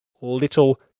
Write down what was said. little